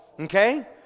Okay